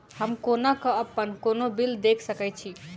हम कोना कऽ अप्पन कोनो बिल देख सकैत छी?